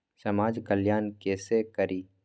समाज कल्याण केसे करी?